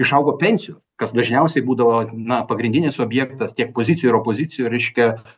išaugo pensijų kas dažniausiai būdavo na pagrindinis objektas tiek pozicijų ir opozicijų reiškia